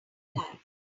life